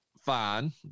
Fine